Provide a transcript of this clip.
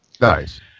Nice